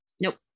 Nope